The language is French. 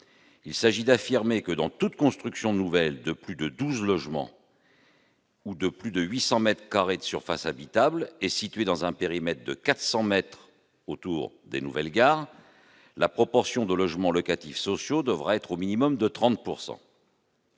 Il s'agit d'affirmer que, dans toute construction nouvelle de plus de douze logements ou de plus de 800 mètres carrés de surface habitable et située à moins de 400 mètres d'une nouvelle gare, la proportion de logements locatifs sociaux devra être, au minimum, de 30 %.